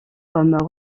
comme